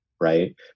Right